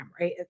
right